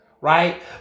Right